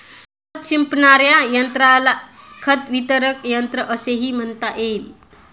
खत शिंपडणाऱ्या यंत्राला खत वितरक यंत्र असेही म्हणता येईल